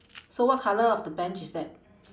so what colour of the bench is that